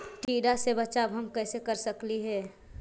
टीडा से बचाव हम कैसे कर सकली हे?